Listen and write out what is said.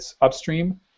upstream